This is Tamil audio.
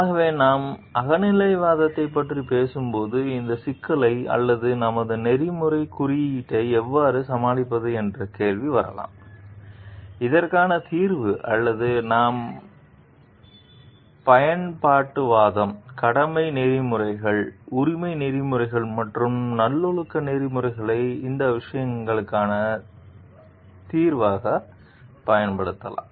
ஆகவே நாம் அகநிலைவாதத்தைப் பற்றி பேசும்போது இந்த சிக்கலை அல்லது நமது நெறிமுறைக் குறியீட்டை எவ்வாறு சமாளிப்பது என்ற கேள்வி வரலாம் இதற்கான தீர்வு அல்லது நாம் பயன்பாட்டுவாதம் கடமை நெறிமுறைகள் உரிமைகள் நெறிமுறைகள் மற்றும் நல்லொழுக்க நெறிமுறைகளை இந்த விஷயங்களுக்கான தீர்வாகப் பயன்படுத்தலாம்